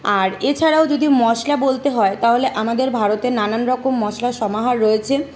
আর এছাড়াও যদি মশলা বলতে হয় তাহলে আমাদের ভারতে নানান রকম মশলার সমাহার রয়েছে